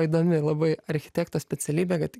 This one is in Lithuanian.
įdomi labai architekto specialybė kad